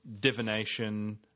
divination